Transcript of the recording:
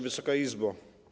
Wysoka Izbo!